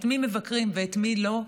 את מי מבקרים ואת מי לא,